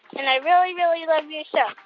and i really, really love your show